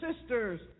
sisters